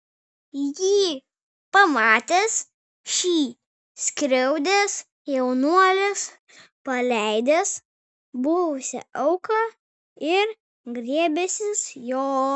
jį pamatęs šį skriaudęs jaunuolis paleidęs buvusią auką ir griebęsis jo